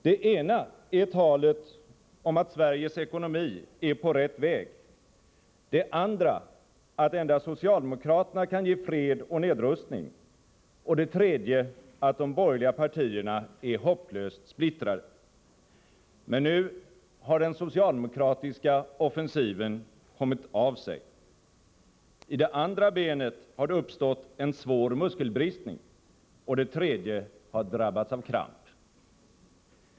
Det ena är talet om att Sveriges ekonomi är på rätt väg, det andra att endast socialdemokraterna kan ge fred och nedrustning och det tredje att de borgerliga partierna är hopplöst splittrade. Men nu har den socialdemokratiska offensiven kommit av sig. I det andra benet har det uppstått en svår muskelbristning, och det tredje har drabbats av kramp.